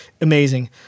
amazing